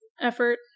effort